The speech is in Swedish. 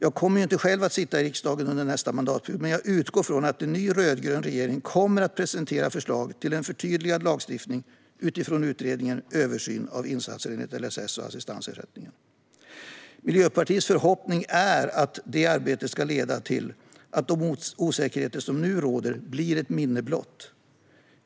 Jag kommer själv inte att sitta i riksdagen under nästa mandatperiod men jag utgår från att en ny rödgrön regering kommer att presentera förslag till en förtydligad lagstiftning utifrån Utredningen om översyn av insatser enligt LSS och assistansersättningen. Miljöpartiets förhoppning är att detta arbete ska leda till att de osäkerheter som nu råder blir blott ett minne.